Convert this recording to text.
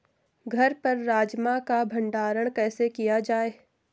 घर पर राजमा का भण्डारण कैसे किया जाय?